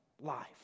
life